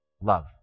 love